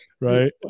right